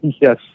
Yes